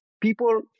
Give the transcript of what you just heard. People